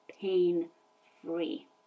pain-free